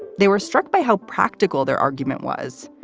they were struck by how practical their argument was.